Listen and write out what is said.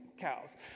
cows